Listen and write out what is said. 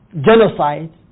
genocide